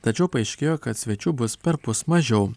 tačiau paaiškėjo kad svečių bus perpus mažiau